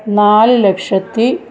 നാല് ലക്ഷത്തി